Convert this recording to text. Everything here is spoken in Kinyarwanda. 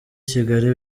kigali